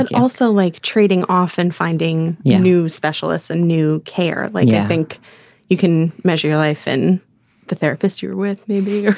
like also, like trading off and finding new specialists and new care. like you think you can measure your life in the therapist you're with? maybe.